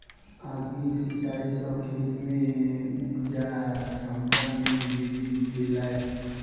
आधुनिक सिचाई सॅ खेत में उपजा क्षमता में वृद्धि भेलै